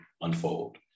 unfold